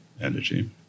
energy